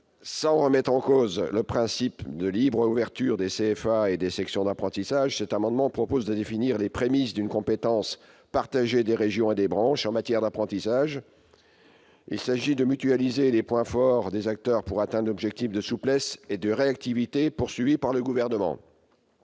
Sans remettre en cause le principe de libre ouverture des CFA et des sections d'apprentissage, les auteurs de cet amendement proposent de définir les prémices d'une compétence partagée des régions et des branches en matière d'apprentissage. Il s'agit de mutualiser les points forts des acteurs pour atteindre l'objectif de souplesse et de réactivité fixé par le Gouvernement.